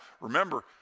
remember